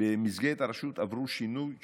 במסגרת הרשות עברו שינוי דרמטי,